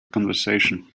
conversation